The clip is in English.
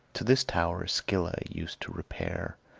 to this tower scylla used to repair,